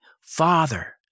Father